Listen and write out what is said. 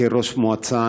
כראש מועצה,